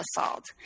assault